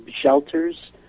shelters